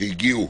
שהגיעו